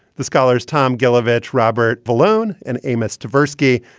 the scholars tom gilovich, robert valone and amos tversky,